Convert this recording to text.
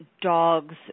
dogs